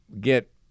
get